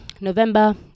November